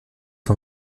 von